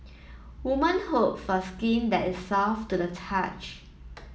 woman hope for skin that is soft to the touch